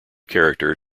character